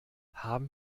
haben